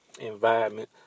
environment